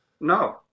No